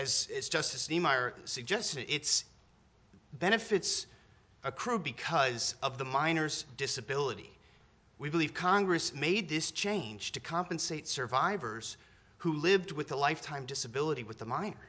it's just a suggestion it's benefits accrue because of the miners disability we believe congress made this change to compensate survivors who lived with a lifetime disability with the m